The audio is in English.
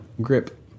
grip